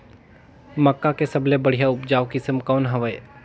मक्का के सबले बढ़िया उपजाऊ किसम कौन हवय?